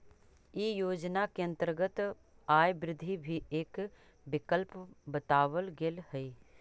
इ योजना के अंतर्गत आय वृद्धि भी एक विकल्प बतावल गेल हई